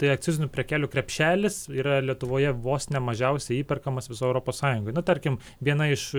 tai akcizinių prekelių krepšelis yra lietuvoje vos ne mažiausiai įperkamas visoj europos sąjungoj nu tarkim viena iš